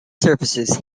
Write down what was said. surfaces